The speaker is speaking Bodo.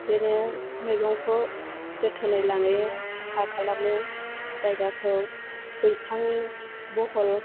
बिदिनो मैगंखौ जोथोनै लायो साफा खालामो जायगाखौ बैसां बहल